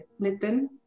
Nitin